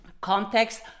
context